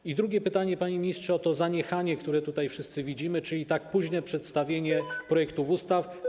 I drugie pytanie, panie ministrze, o to zaniechanie, które wszyscy widzimy, czyli tak późne przedstawienie projektów ustaw.